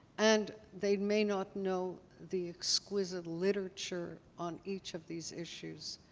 and they may not know the exquisite literature on each of these issues,